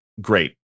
great